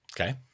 Okay